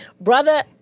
Brother